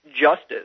justice